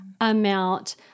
amount